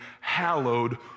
hallowed